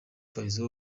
fizzo